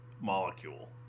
molecule